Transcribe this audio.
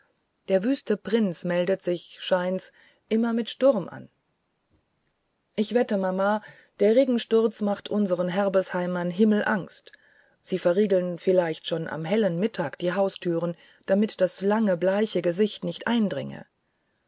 der wüste prinz meldet sich scheint's immer mit sturm an ich wette mama der regensturz macht unseren herbesheimern himmelangst die verriegeln vielleicht schon am hellen mittag die haustüren damit das lange bleiche gesicht nicht eindringe